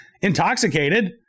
intoxicated